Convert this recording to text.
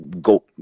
go